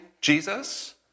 Jesus